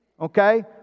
okay